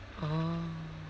orh